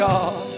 God